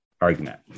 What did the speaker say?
argument